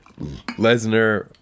Lesnar